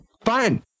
fine